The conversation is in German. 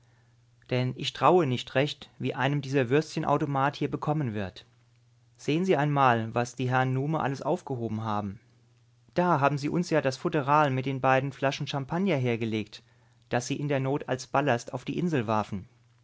denn ich traue nicht recht wie einem dieser würstchen automat hier bekommen wird sehen sie einmal was die herrn nume alles aufgehoben haben da haben sie uns ja das futteral mit den beiden flaschen champagner hergelegt das sie in der not als ballast auf die insel warfen